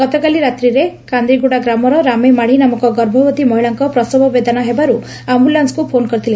ଗତକାଲି ରାତ୍ରିରେ କାନ୍ଦିଗୁଡ଼ା ଗ୍ରାମର ରାମେ ମାଢ଼ି ନାମକ ଗର୍ଭବତୀ ମହିଳାଙ୍କ ପ୍ରସବ ବେଦନା ହେବାର୍ ଆମ୍ନୁଲେନ୍କକୁ ଫୋନ କରିଥିଲେ